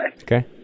Okay